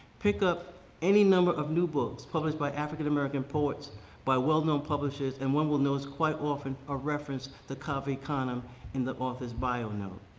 pick up any number of new books published by african american poets by well-known publishers and one will notice quite often a reference to cave canem in the author's bio note.